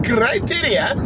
Criteria